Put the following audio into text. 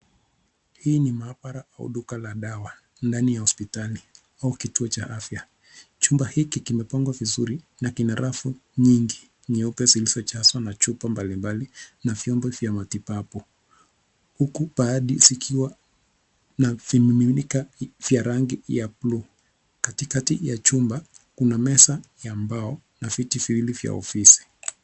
Hii ni maabara au duka la dawa ndani ya hospitali au kitu cha afya chumba hiki kimepanga vizuri na kina rafu nyingi nyeupe zilizojazwa na chupa mbali mbali na vyombo vya matibabu huku baadhi zikiwa viminika vya rangi ya bluu. Katikati ya chumba kuna meza ya mbao na viti viwili vya ofisi.